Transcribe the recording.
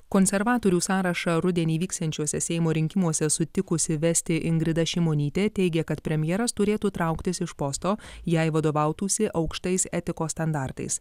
konservatorių sąrašą rudenį vyksiančiuose seimo rinkimuose sutikusi vesti ingrida šimonytė teigė kad premjeras turėtų trauktis iš posto jei vadovautųsi aukštais etikos standartais